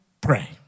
pray